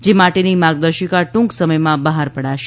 જે માટેની માર્ગદર્શિકા ટૂંક સમયમાં બહાર પડાશે